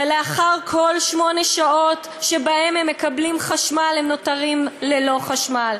ולאחר כל שמונה שעות שבהן הם מקבלים חשמל הם נותרים ללא חשמל,